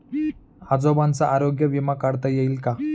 आजोबांचा आरोग्य विमा काढता येईल का?